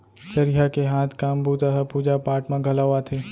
चरिहा के हाथ काम बूता ह पूजा पाठ म घलौ आथे